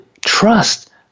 trust